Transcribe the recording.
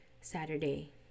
Saturday